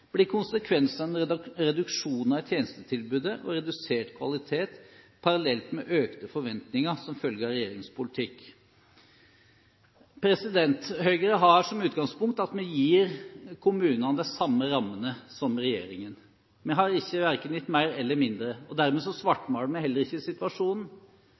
reduksjoner i tjenestetilbudet og redusert kvalitet parallelt med økte forventninger som følge av regjeringens politikk. Høyre har som utgangspunkt at vi gir kommunene de samme rammene som regjeringen gir. Vi har gitt verken mer eller mindre, og dermed svartmaler vi heller ikke situasjonen.